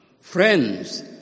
Friends